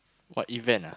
what event ah